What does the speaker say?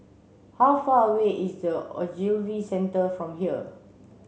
how far away is the Ogilvy Centre from here